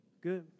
Good